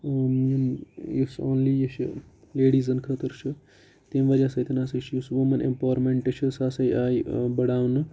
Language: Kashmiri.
یُس اونلی یہِ چھُ لیڈیٖزَن خٲطرٕچھُ تمہِ وَجہ سۭتۍ ہَسا چھُ یہِ یُس وٗمٮ۪ن اٮ۪مپاوَرمینٛٹہٕ چھُ سُہ ہَسا آیہِ بَڑاونہٕ